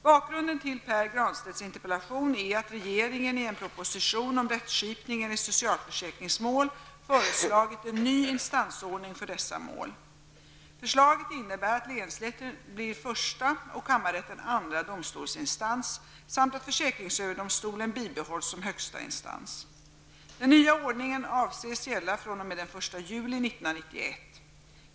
Bakgrunden till Pär Granstedts interpellation är att regeringen i en proposition om rättskipningen i socialförsäkringsmål föreslagit en ny instansordning för dessa mål. Förslaget innebär att länsrätt blir första och kammarrätt andra domstolsinstans samt att försäkringsöverdomstolen bibehålls som högsta instans. Den nya ordningen avses gälla fr.o.m. den 1 juli 1991.